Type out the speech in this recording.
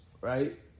Right